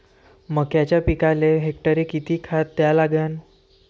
मक्याच्या पिकाले हेक्टरी किती खात द्या लागन?